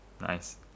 Nice